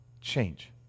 change